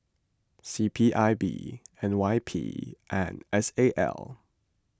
C P I B N Y P and S A L